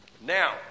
now